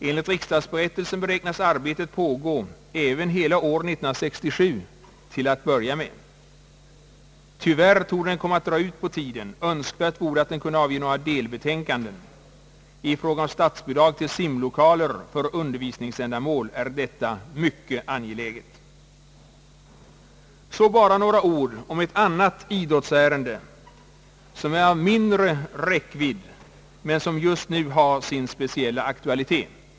Enligt riksdagsberättelsen beräknas arbetet pågå även hela år 1967 till att börja med. Tyvärr torde utredningen komma att dra ut på tiden. Önskvärt vore att den kunde avge något delbetänkande. I fråga om statsbidrag till simlokaler för undervisningsändamål är detta mycket angeläget. Så bara några ord i ett annat idrottsärende, som är av mindre räckvidd men som just nu har sin speciella aktualitet.